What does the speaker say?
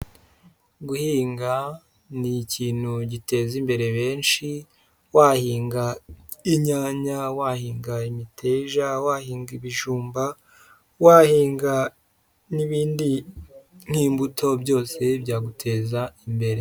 Guhinga ni ikintu giteza imbere benshi wahinga inyanya, wahinga imiteja, wahinga ibijumba, wahinga n'ibindi nk'imbuto byose byaguteza imbere.